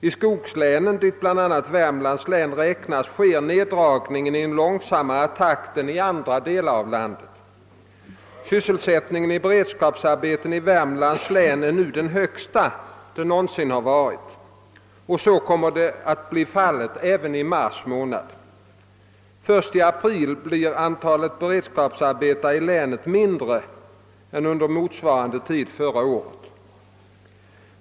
I skogslänen, dit bl.a. Värmlands län räknas, sker neddragningen i en långsammare takt än i andra delar av landet. Sysselsättningen i beredskapsarbeten i Värmlands län är nu den högsta den någonsin har varit, och så kommer att vara fallet även i mars. Först i april blir antalet beredskapsarbetare i länet mindre än under motsvarande tid förra året.